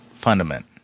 Fundament